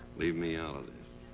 leave me out of this.